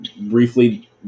briefly